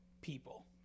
people